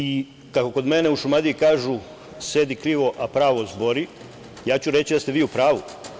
I kako kod mene u Šumadiji kažu – sedi krivo, a pravo zbori, ja ću reći da ste vi u pravu.